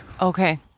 Okay